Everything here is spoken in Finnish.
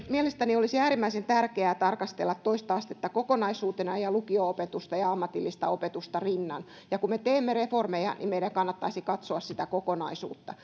mielestäni olisi äärimmäisen tärkeää tarkastella toista astetta kokonaisuutena lukio opetusta ja ammatillista opetusta rinnan ja kun me teemme reformeja meidän kannattaisi katsoa sitä kokonaisuutta